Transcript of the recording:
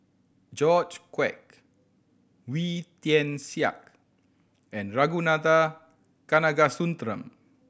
George Quek Wee Tian Siak and Ragunathar Kanagasuntheram